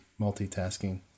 multitasking